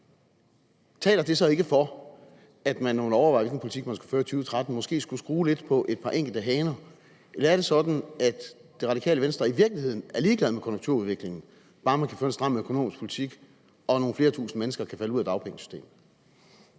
Taler det så ikke for, at man, når man overvejer, hvilken politik man skal føre i 2013, måske skulle skrue lidt på et par enkelte haner? Eller er det sådan, at Det Radikale Venstre i virkeligheden er ligeglad med konjunkturudviklingen, bare man kan føre en stram økonomisk politik og nogle flere tusinde mennesker kan falde ud af dagpengesystemet?